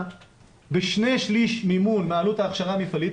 בשני שליש מימון מעלות ההכשרה המפעלית,